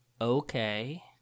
Okay